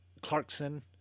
Clarkson